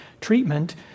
treatment